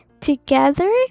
together